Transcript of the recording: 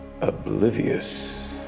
oblivious